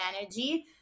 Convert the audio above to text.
energy